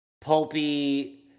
pulpy